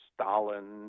Stalin